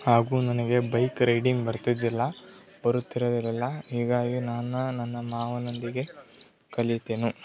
ಹಾಗೂ ನನಗೆ bike riding ಬರ್ತಿದ್ದಿಲ್ಲ ಬರುತ್ತಿರಲಿಲ್ಲ ಹೀಗಾಗಿ ನಾನು ನನ್ನ ಮಾವನೊಂದಿಗೆ ಕಲಿತೆನು